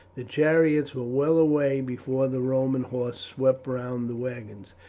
the chariots were well away before the roman horse swept round the wagons,